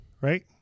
Right